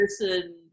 person